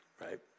right